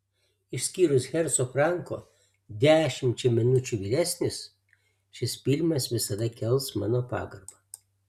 išskyrus herco franko dešimčia minučių vyresnis šis filmas visada kels mano pagarbą